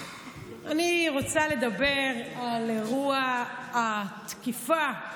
אני רוצה לדבר על אירוע ה"תקיפה"